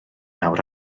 awr